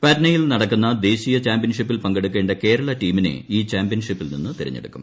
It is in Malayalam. പട്നയിൽ നടക്കുന്ന ദേശീയ ചാമ്പ്യൻഷിപ്പിൽ പങ്കെടുക്കേണ്ട കേരള ടീമിനെ ഈ ചാമ്പ്യൻഷിപ്പിൽ നിന്നു തിരഞ്ഞെടുക്കും